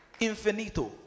Infinito